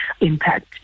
impact